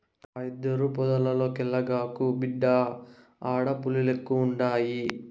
ఆ యెదురు పొదల్లోకెల్లగాకు, బిడ్డా ఆడ పులిలెక్కువున్నయి